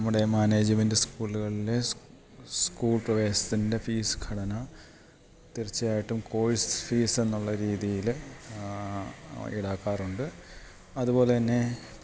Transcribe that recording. നമ്മുടെ മാനേജ്മെൻറ്റ് സ്കൂള്കൾള് സ്കൂൾ പ്രവേശ്ത്തിൻ്റെ ഫീസ് ഘടന തീർച്ഛയായ്ട്ടും കോഴ്സ് ഫീസ്സെന്നൊള്ള രീതീല് ഈടാക്കാറൊണ്ട് അതുപോലെ തന്നെ പീ റ്റി എ ഫണ്ട്